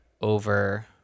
over